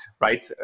right